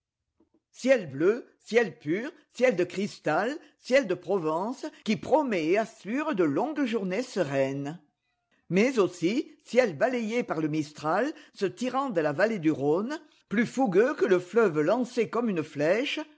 ciel bleu ciel pur ciel de cristal ciel de provence qui promet et assure de longues journées sereines mais aussi ciel balayé par le mistral ce tyran de la vallée du rhône plus fougueux que le fleuve lancé coinme une flèche